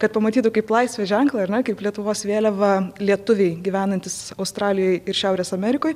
kad pamatytų kaip laisvės ženklą ar ne kaip lietuvos vėliavą lietuviai gyvenantys australijoj ir šiaurės amerikoj